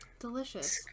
Delicious